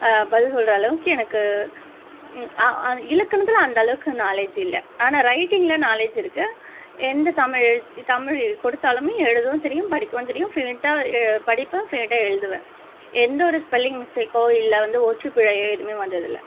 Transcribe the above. பதில் சொல்கிற அளவுக்கு எனக்கு ம் ஆ இலக்கணத்தில் அந்த அளவுக்கு நாலேஜ்ஜு இல்லை ஆனால் ரைட்டிங்ல நாலேஜ்ஜு இருக்குது எந்த தமிழ் எழுத்து தமிழ் எ கொடுத்தாலுமே எழுதவும் தெரியும் படிக்கவும் தெரியும் ஃப்ளூயெண்ட்டாக படிப்பேன் ஃப்ளூயெண்ட்டாக எழுதுவேன் எந்த ஒரு ஸ்பெல்லிங் மிஸ்டேக்கோ இல்லை வந்து ஒற்று பிழையே எதுவுமே வந்ததில்லை